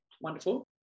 Wonderful